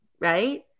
right